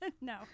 No